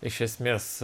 iš esmės